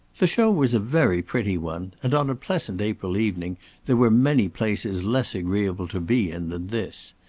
the show was a very pretty one, and on a pleasant april evening there were many places less agreeable to be in than this.